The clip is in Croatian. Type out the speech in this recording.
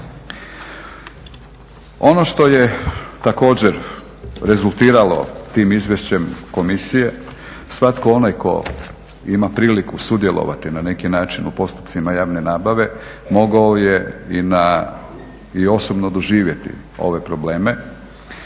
Ono što je također rezultiralo tim izvješćem komisije svatko onaj tko ima priliku sudjelovati na neki način u postupcima javne nabave mogao je i osobno doživjeti ove probleme.